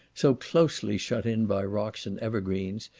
so closely shut in by rocks and evergreens,